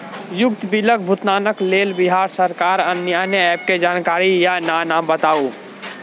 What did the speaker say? उक्त बिलक भुगतानक लेल बिहार सरकारक आअन्य एप के जानकारी या नाम बताऊ?